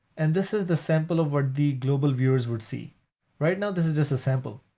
and this is the sample of what the global viewers would see right now. this is just a sample.